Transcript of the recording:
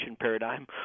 paradigm